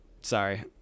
Sorry